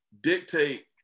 dictate